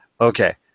Okay